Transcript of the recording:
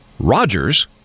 Rogers